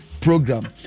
program